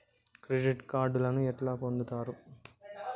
Credit కార్డులను ఎట్లా పొందుతరు?